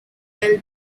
well